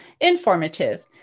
informative